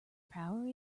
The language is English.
power